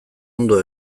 ondo